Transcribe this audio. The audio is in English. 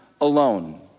alone